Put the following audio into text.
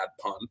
pun